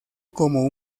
como